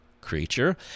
creature